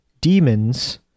demons